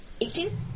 eighteen